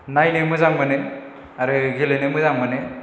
नायनो मोजां मोनो आरो गेलेनो मोजां मोनो